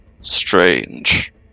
Strange